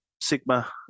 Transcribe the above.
Sigma